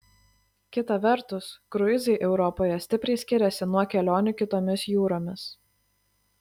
kita vertus kruizai europoje stipriai skiriasi nuo kelionių kitomis jūromis